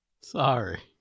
Sorry